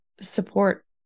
support